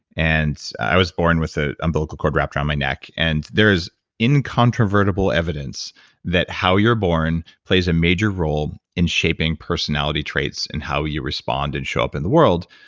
and i was born with an umbilical cord wrapped around my neck, and there's incontrovertible evidence that how you're born plays a major role in shaping personality traits and how you respond and show up in the world,